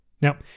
Now